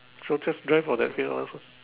so just drive for the period also